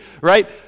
right